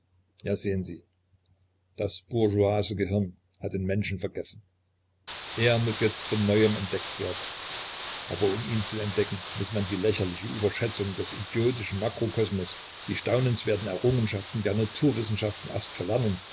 ja sehen sie das bourgeoise gehirn hat den menschen vergessen er muß jetzt von neuem entdeckt werden aber um ihn zu entdecken muß man die lächerliche überschätzung des idiotischen makrokosmos die staunenswerten errungenschaften der naturwissenschaften erst verlernen